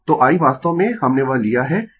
तो I वास्तव में हमने वह लिया है माना 35 कोण 0 o